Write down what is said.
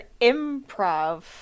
improv